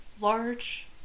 Large